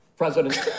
President